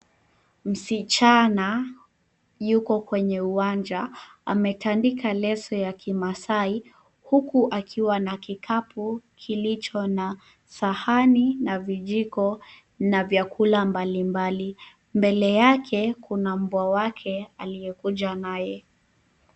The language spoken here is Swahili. Msichana yuko kwenye uwanja. Ametandika leso ya Kimaasai, huku akiwa na kikapu kilicho na sahani, vijiko, na vyakula mbalimbali. Mbele yake, kuna mbwa wake aliyekuja naye.